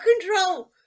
control